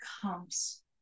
comes